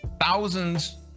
thousands